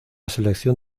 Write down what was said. selección